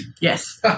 Yes